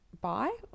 buy